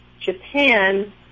Japan